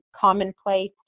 commonplace